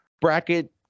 bracket